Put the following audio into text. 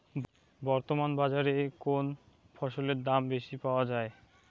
বর্তমান বাজারে কোন ফসলের দাম বেশি পাওয়া য়ায়?